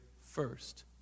first